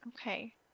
Okay